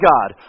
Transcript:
God